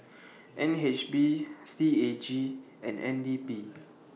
N H B C A G and N D P